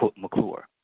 McClure